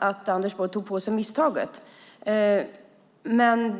att han tog på sig misstaget.